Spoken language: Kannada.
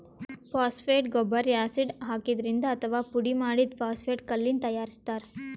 ಫಾಸ್ಫೇಟ್ ಗೊಬ್ಬರ್ ಯಾಸಿಡ್ ಹಾಕಿದ್ರಿಂದ್ ಅಥವಾ ಪುಡಿಮಾಡಿದ್ದ್ ಫಾಸ್ಫೇಟ್ ಕಲ್ಲಿಂದ್ ತಯಾರಿಸ್ತಾರ್